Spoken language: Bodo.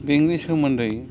बेंकनि सोमोन्दै